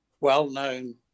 well-known